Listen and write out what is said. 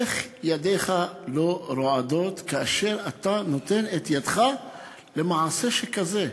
איך ידיך לא רועדות כאשר אתה נותן את ידך למעשה שכזה?